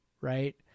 Right